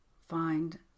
Find